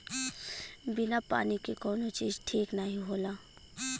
बिना पानी के कउनो चीज ठीक नाही होला